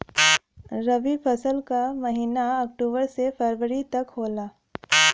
रवी फसल क महिना अक्टूबर से फरवरी तक होला